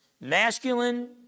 masculine